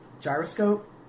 gyroscope